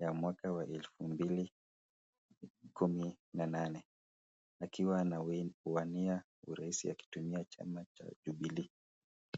ya mwaka wa elfu mbili kumi na nane, akiwa anawania urais akitumia chama cha Jubilee.